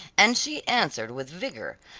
and she answered with vigor,